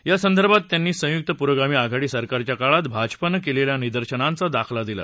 या संदर्भात त्यांनी संयुक्त प्रोगामी आघाडी सरकारघ्या काळात भाजपानं केलेल्या निर्दशनांघा दाखला दिला